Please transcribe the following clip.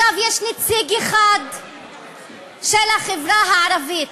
יש נציג אחד של החברה הערבית,